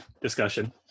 discussion